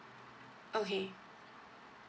okay